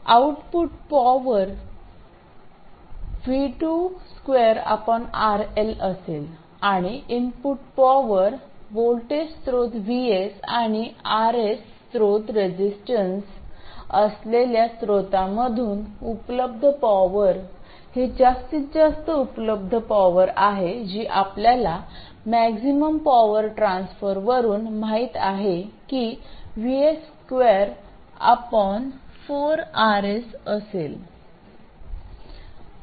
output power 2RL असेल आणि input power स्रोत व्होल्टेज VS आणि RS स्त्रोत रेजिस्टन्स असलेल्या स्त्रोतामधून उपलब्ध पॉवर ही जास्तीत जास्त उपलब्ध पॉवर आहे जी आपल्याला मॅक्सिमम पॉवर ट्रान्सफरवरून माहित आहे 24 RS